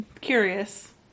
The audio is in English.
curious